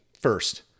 First